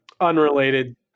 unrelated